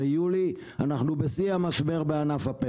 ביולי אנחנו בשיא המשבר בענף הפטם.